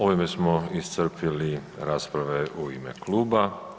Ovime smo iscrpili rasprave u ime kluba.